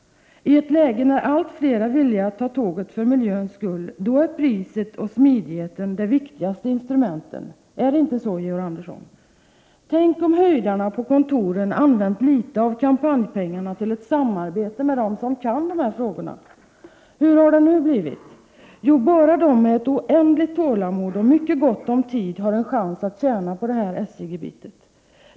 I ett läge när allt fler är villiga att ta tåget för miljöns skull är priset och smidigheten de viktigaste instrumenten. Är det inte så, Georg Andersson? Tänk om höjdarna på kontoren hade använt litet av kampanjpengarna till ett samarbete med dem som kan dessa frågor! Hur har det nu blivit? Jo, bara människor med ett oändligt tålamod och gott om tid har en chans att tjäna på detta SJ-uppslag.